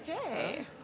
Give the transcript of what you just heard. Okay